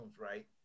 right